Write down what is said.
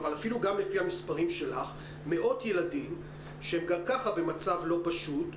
אבל אפילו גם לפי המספרים שלך מאות ילדים שהם גם כך במצב לא פשוט,